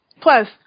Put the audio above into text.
Plus